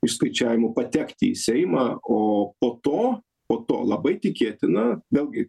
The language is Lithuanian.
išskaičiavimų patekti į seimą o po to po to labai tikėtina vėlgi